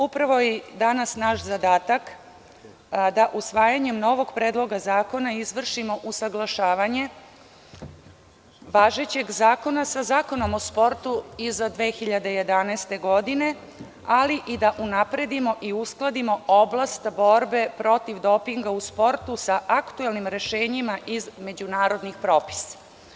Upravo danas je naš zadatak da usvajanjem novog Predloga zakona izvršimo usaglašavanje važećeg zakona sa Zakonom o sportu iza 2011. godine, ali i da unapredimo i uskladimo oblast borbe protiv dopinga u sportu sa aktuelnim rešenjima iz međunarodnih propisa.